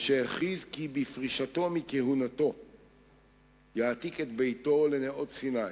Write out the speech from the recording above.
והכריז כי בפרישתו מכהונתו יעתיק את ביתו לנאות-סיני,